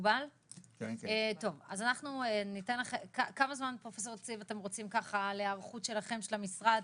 פרופסור יציב, כמה זמן רוצים להיערכות של המשרד?